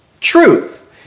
truth